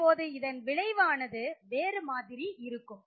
இப்போது இதன் விளைவு ஆனது வேறு மாதிரி இருக்கும்